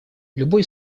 любой